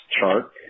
chart